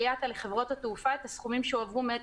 של IATA לחברות התעופה את הסכומים שהועברו מאת